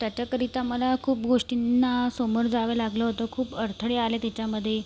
त्याच्याकरिता मला खूप गोष्टींना सामोरं जावं लागलं होतं खूप अडथळे आले त्याच्यामध्ये